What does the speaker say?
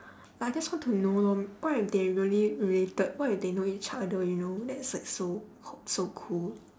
like I just want to know lor what if they really related what if they know each other you know that's like so c~ so cool